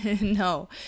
No